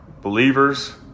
believers